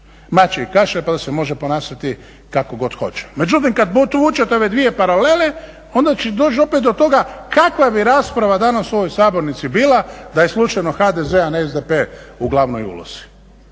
mačji kašalj pa da se može ponašati kako god hoće. Međutim, kad povučete ove dvije paralele onda će doći opet do toga kakva bi rasprava danas u ovoj sabornici bila da je slučajno HDZ, a ne SDP u glavnoj ulozi.